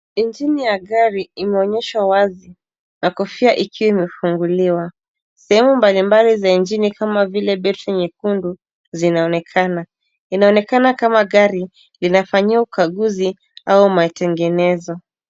Ingine ya gari inaonyeshwa wazi na kofia ikiwa imefunguliwa. Sehemu mbali mbali za ingini kama vile, battery nyekundu zinaonekana. Inaonekana kama gari inafanyiwa ukaguzi au matengenezo.